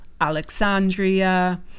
Alexandria